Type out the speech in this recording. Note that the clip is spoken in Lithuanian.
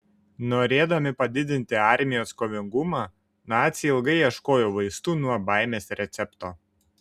norėdami padidinti armijos kovingumą naciai ilgai ieškojo vaistų nuo baimės recepto